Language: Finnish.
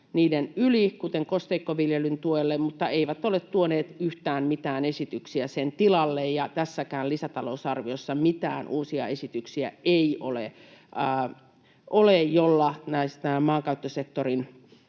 raksin, kuten kosteikkoviljelyn tuelle, mutta ei ole tuonut yhtään mitään esityksiä sen tilalle. Tässäkään lisätalousarviossa ei ole mitään uusia esityksiä, joilla näiden maankäyttösektorin